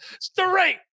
straight